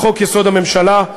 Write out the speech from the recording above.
לחוק-יסוד: הממשלה,